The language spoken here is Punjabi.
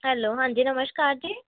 ਹੈਲੋ ਹਾਂਜੀ ਨਮਸਕਾਰ ਜੀ